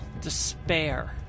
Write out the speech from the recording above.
despair